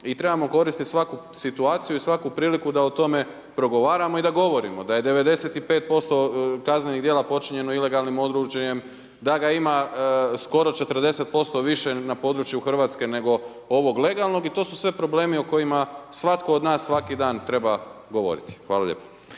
I trebamo koristiti svaku situaciju i svaku priliku da o tome progovaramo i da govorimo da je 95% kaznenih djela počinjeno ilegalnim oružjem, da ga ima skoro 40% više na području Hrvatske nego ovog legalnog i to su sve problemi o kojima svatko od nas svaki dan treba govoriti. Hvala lijepo.